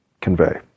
convey